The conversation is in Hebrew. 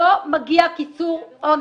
לא מגיע קיצור עונש.